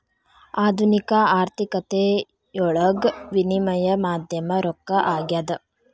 ಆಧುನಿಕ ಆರ್ಥಿಕತೆಯೊಳಗ ವಿನಿಮಯ ಮಾಧ್ಯಮ ರೊಕ್ಕ ಆಗ್ಯಾದ